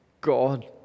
God